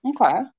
Okay